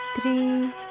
three